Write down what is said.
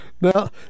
Now